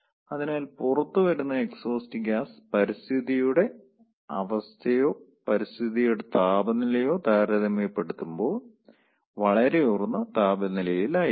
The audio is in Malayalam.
അതിനാൽ പുറത്തുവരുന്ന എക്സ്ഹോസ്റ്റ് ഗ്യാസ് പരിതസ്ഥിതിയുടെ അവസ്ഥയോ പരിതസ്ഥിതിയുടെ താപനിലയോ താരതമ്യപ്പെടുത്തുമ്പോൾ വളരെ ഉയർന്ന താപനിലയിലായിരിക്കും